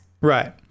Right